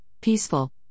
peaceful